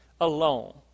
alone